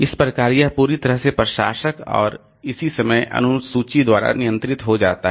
इस प्रकार यह पूरी तरह से प्रशासक और इसी समय अनुसूची द्वारा नियंत्रित हो जाता है